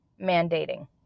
mandating